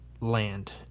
land